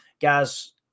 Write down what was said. Guys